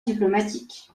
diplomatique